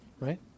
Right